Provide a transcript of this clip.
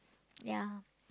ya